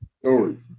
Stories